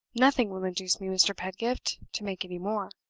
nothing will induce me, mr. pedgift, to make any more.